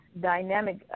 dynamic